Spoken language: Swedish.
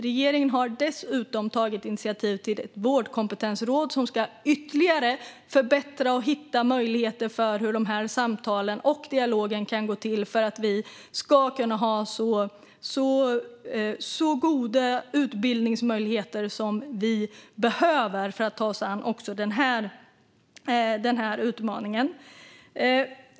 Regeringen har dessutom tagit initiativ till ett vårdkompetensråd som ska ytterligare förbättra och hitta möjligheter för hur samtalen och dialogen kan gå till, för att vi ska kunna ha så goda utbildningsmöjligheter som vi behöver för att ta oss an också den här utmaningen.